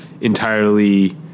entirely